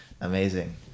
Amazing